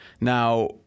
Now